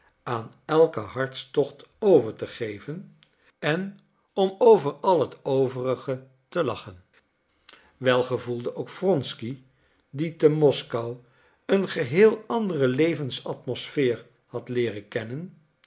aan elken hartstocht over te geven en om al het overige te lachen wel gevoelde ook wronsky die te moskou een geheel andere levensatmospheer had leeren kennen